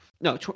no